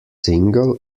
single